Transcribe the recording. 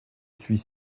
suis